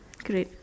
create